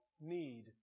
need